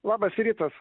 labas rytas